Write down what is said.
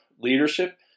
leadership